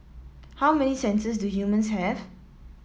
how many senses do humans have